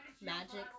magic